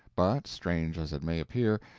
but, strange as it may appear,